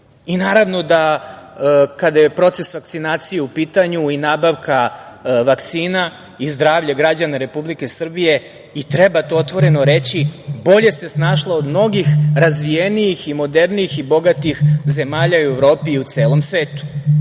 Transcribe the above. i naravno da kada je proces vakcinacije u pitanju i nabavka vakcina i zdravlje građana Republike Srbije i treba to otvoreno reći, bolje se snašla od mnogih razvijenijih, modernijih i bogatih zemalja u Evropi i u celom svetu. To